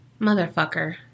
Motherfucker